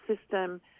system